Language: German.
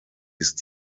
ist